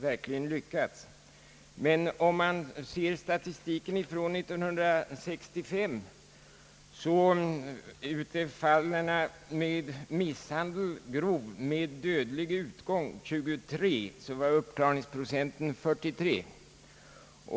Men i statistiken från 1965 finner man också 23 fall av misshandel med dödlig utgång med en uppklaringsprocent av endast 43.